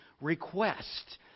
request